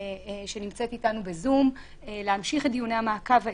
שנמצאת איתנו בזום, להמשיך את דיוני המעקב האלה.